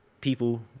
people